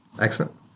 Excellent